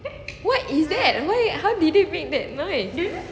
what is that why how did it make that line